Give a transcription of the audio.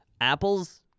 Apples